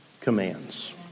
commands